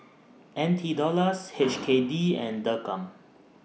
N T Dollars H K D and Dirham